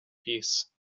peace